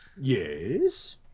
Yes